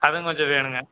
அதுவும் கொஞ்சம் வேணும்ங்க